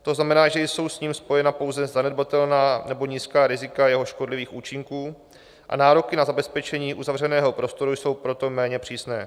To znamená, že jsou s ním spojena pouze zanedbatelná nebo nízká rizika jeho škodlivých účinků, a nároky na zabezpečení uzavřeného prostoru jsou proto méně přísné.